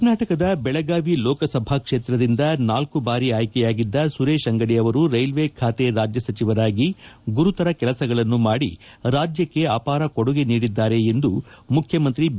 ಕರ್ನಾಟಕದ ಬೆಳಗಾವಿ ಲೋಕಸಭಾ ಕ್ಷೇತ್ರದಿಂದ ನಾಲ್ಕು ಬಾರಿ ಆಯ್ಕೆಯಾಗಿದ್ದ ಸುರೇಶ ಅಂಗಡಿ ಅವರು ರೈಲ್ವೆ ಖಾತೆ ರಾಜ್ಯ ಸಚಿವರಾಗಿ ಗುರುತರ ಕೆಲಸಗಳನ್ನು ಮಾಡಿ ರಾಜ್ಯಕ್ಕೆ ಅಪಾರ ಕೊಡುಗೆ ನೀಡಿದ್ದಾರೆ ಎಂದು ಮುಖ್ಯಮಂತ್ರಿ ಬಿ